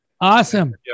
Awesome